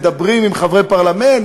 מדברים עם חברי פרלמנט,